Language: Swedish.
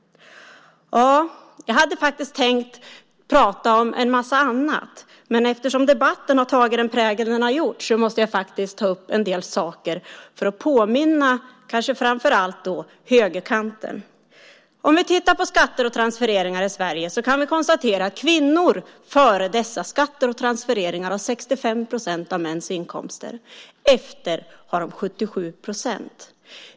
Jag hade faktiskt tänkt prata om en massa annat, men eftersom debatten har tagit den vändning som den tagit måste jag ta upp en del saker för att påminna kanske framför allt er på högerkanten. När det gäller skatter och transfereringar i Sverige kan vi konstatera att kvinnor före dessa skatter och transfereringar har 65 procent av mäns inkomster och efter har de 77 procent.